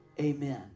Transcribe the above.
amen